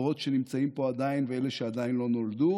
הדורות שעדיין נמצאים פה ואלה שעדיין לא נולדו,